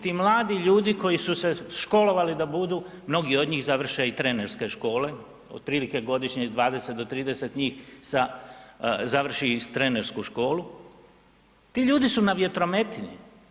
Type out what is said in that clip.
Ti mladi ljudi koji su se školovali da budu, mnogi od njih završe i trenerske škole otprilike godišnje 20 do 30 njih završi trenersku školu, ti ljudi su na vjetrometini.